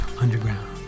underground